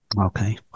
Okay